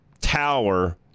tower